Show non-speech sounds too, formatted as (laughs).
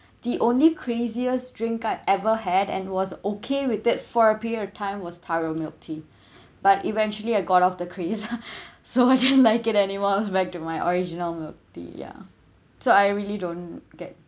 (breath) the only craziest drink I've ever had and was okay with it for a period of time was taro milk tea (breath) but eventually I got off the craze (laughs) (breath) so I didn't like it anymore just back to my original milk tea ya so I really don't get